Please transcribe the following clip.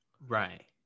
Right